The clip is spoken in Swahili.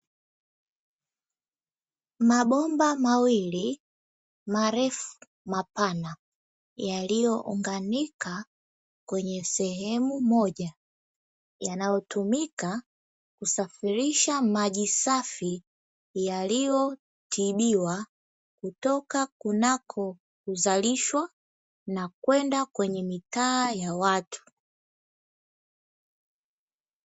Mabomba mawili marefu, mapana yaliyounganika kwenye sehemu moja yanayotumika kusafirisha maji safi yaliyotibiwa kutoka kunako huzalishwa na kwenda kwenye mitaa ya watu.